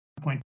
point